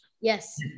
Yes